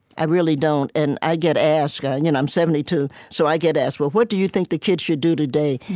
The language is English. i really don't. and i get asked and i'm seventy two, so i get asked, well, what do you think the kids should do today?